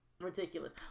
ridiculous